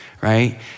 right